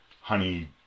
honey